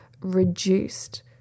reduced